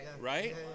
right